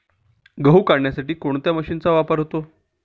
गहू काढण्यासाठी कोणत्या मशीनचा वापर होतो?